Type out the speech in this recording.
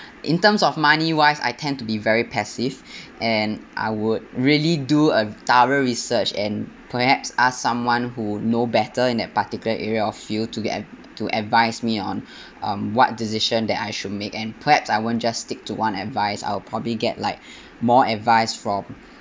in terms of money wise I tend to be very passive and I would really do a thorough research and perhaps ask someone who know better in that particular area of field to get them to advise me on um what decision that I should make and perhaps I won't just stick to one advice I'll probably get like more advice from